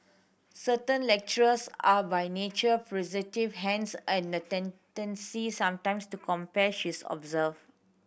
certain lectures are by nature hence and a tendency sometimes to compare she's observed